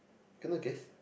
cannot guess